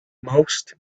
most